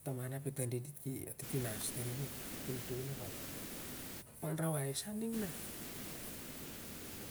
Taman ep e tandit dit ki atitinas tar i on ep tol tol onep anrawai. Ep anrawai sa ning na